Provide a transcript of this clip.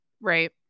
Right